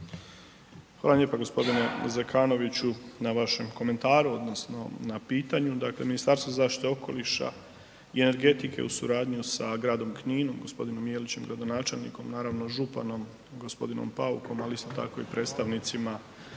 vam lijepa gospodine Zekanoviću na vašem komentaru odnosno na pitanju. Dakle, Ministarstvo zaštite okoliša i energetike u suradnji sa gradom Kninom, gospodinom Jelićem gradonačelnikom, naravno županom gospodinom Paukom ali isto tako i predstavnicima,